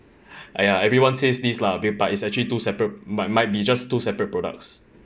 !aiya! everyone says this lah a bit but it's actually two separate might might be just two separate products